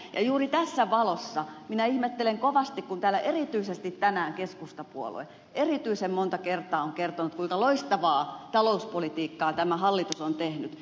juuri tässä valossa minä ihmettelen kovasti kun täällä erityisesti tänään keskustapuolue erityisen monta kertaa on kertonut kuinka loistavaa talouspolitiikkaa tämä hallitus on tehnyt